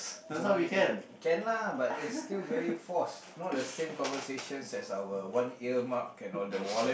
so now you can can lah but it's still very forced not the same conversations as our one year mark can not the wallet